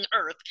earth